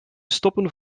stoppen